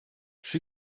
she